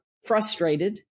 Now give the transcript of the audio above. frustrated